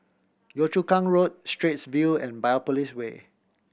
Yio Chu Kang Road Straits View and Biopolis Way